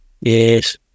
Yes